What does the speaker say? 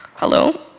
hello